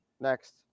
Next